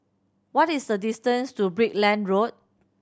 what is the distance to Brickland Road